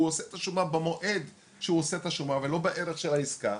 הוא עושה את השומה במועד שהוא עושה את השומה ולא בערך של העסקה.